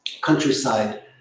countryside